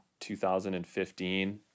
2015